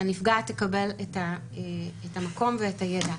שהנפגעת תקבל את המקום ואת הידע,